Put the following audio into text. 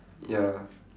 ya